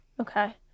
Okay